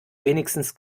wenigstens